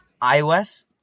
iOS